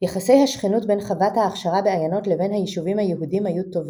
יחסי השכנות בין חוות ההכשרה בעיינות לבין היישובים היהודים היו טובים.